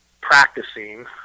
practicing